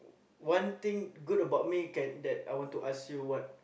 one thing good about me can that I want to ask you what